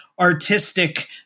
artistic